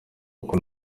kuko